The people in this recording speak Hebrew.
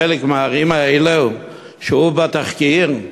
חלק מהערים האלה שהראו בתחקיר,